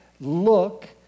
look